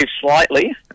slightly